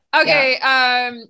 Okay